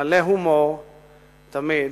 מלא הומור תמיד.